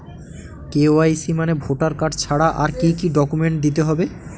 KYC মানে voter card ছাড়া আর কি কি ডকুমেন্ট দিতে হবে?